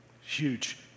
Huge